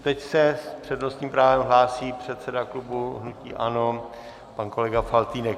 Teď se s přednostním právem hlásí předseda klubu hnutí ANO pan kolega Faltýnek.